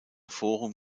forum